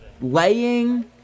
laying